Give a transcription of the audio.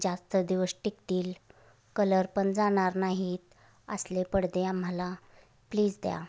जास्त दिवस टिकतील कलरपण जाणार नाही असले पडदे आम्हाला प्लीज द्या